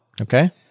Okay